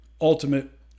ultimate